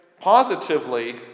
positively